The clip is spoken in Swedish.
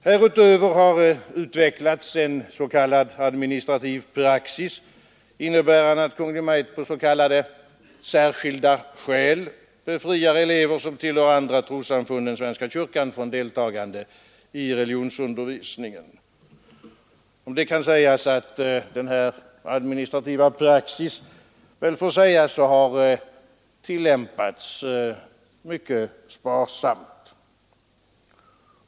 Härutöver har utvecklats en s.k. administrativ praxis, innebärande att Kungl. Maj:t på s.k. särskilda skäl befriar elever som tillhör andra trossamfund än svenska kyrkan från deltagande i religionsundervisningen. Om denna administrativa praxis kan sägas att den har tillämpats mycket sparsamt.